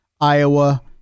Iowa